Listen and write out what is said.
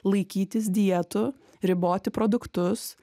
laikytis dietų riboti produktus